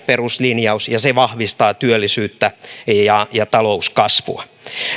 peruslinjaus ja se vahvistaa työllisyyttä ja ja talouskasvua